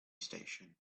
station